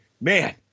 Man